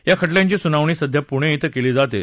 या खटल्यांची सुनावणी सध्या पुणे इथं केली जाते